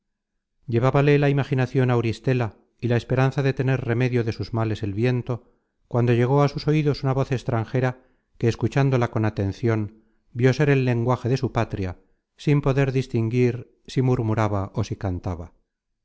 lágrimas llevábale la imaginacion auristela y la esperanza de tener remedio de sus males el viento cuando llegó á sus oidos una voz extranjera que escuchándola con atencion vió ser el lenguaje de su patria sin poder distinguir si murmuraba ó si cantaba